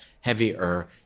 heavier